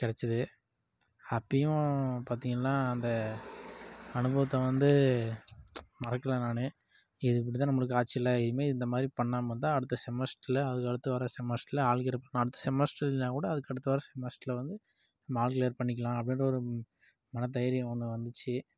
கெடைச்சிது அப்பயும் பாத்திங்கனா அந்த அனுபவத்தை வந்து மறக்கல நான் இது இப்படிதான் நம்மளுக்கு ஆச்சுலா இனிமேல் இந்தமாதிரி பண்ணாமல் இருந்தால் அடுத்த செமஸ்ட்டருல அதுக்கு அடுத்த வர செமஸ்ட்டருல ஆல் கிளியர் பண்ணணும் அடுத்த செமஸ்ட்ரு இல்லைனா கூட அதுக்கு அடுத்து வர செமஸ்ட்டருல வந்து நம்ம ஆல் கிளியர் பண்ணிக்கலாம் அப்படின்ற ஒரு மன தைரியம் ஒன்று வந்துச்சு